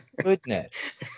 goodness